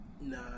Nah